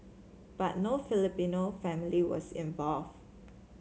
but no Filipino family was involve